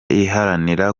iharanira